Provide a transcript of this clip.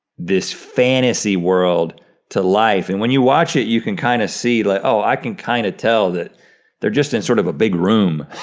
this fantasy world to life and when you watch it you can kind of see like, oh, i can kind of tell that they're just in sort of a big room.